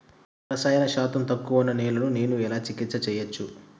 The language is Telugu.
రసాయన శాతం తక్కువ ఉన్న నేలను నేను ఎలా చికిత్స చేయచ్చు?